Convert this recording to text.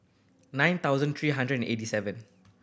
nine thousand three hundred eighty seven